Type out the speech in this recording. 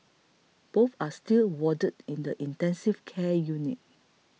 both are still warded in the intensive care unit